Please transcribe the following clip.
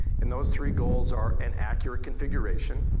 and those three goals are an acuate configuration,